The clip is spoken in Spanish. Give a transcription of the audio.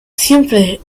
siempre